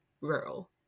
rural